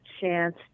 chance